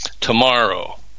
tomorrow